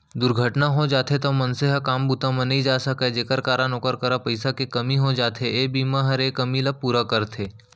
दुरघटना हो जाथे तौ मनसे ह काम बूता म नइ जाय सकय जेकर कारन ओकर करा पइसा के कमी हो जाथे, ए बीमा हर ए कमी ल पूरा करथे